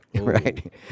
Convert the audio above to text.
right